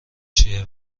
چیه